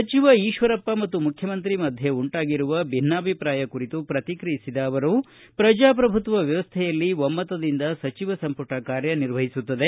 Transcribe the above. ಸಚಿವ ಈಶ್ವರಪ್ಪ ಮತ್ತು ಮುಖ್ಯಮಂತ್ರಿ ಮಧ್ಯೆ ಉಂಟಾಗಿರುವ ಭಿನ್ನಾಭಿಪ್ರಾಯ ಕುರಿತು ಪ್ರತಿಕ್ರಿಯಿಸಿದ ಅವರು ಪ್ರಜಾಪ್ರಭುತ್ವ ವ್ಯವಸ್ಥೆಯಲ್ಲಿ ಒಮ್ನತದಿಂದ ಸಚಿವ ಸಂಪುಟ ಕಾರ್ಯನಿರ್ವಹಿಸುತ್ತದೆ